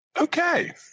Okay